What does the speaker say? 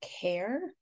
care